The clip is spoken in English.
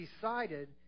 decided